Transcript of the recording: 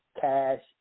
cash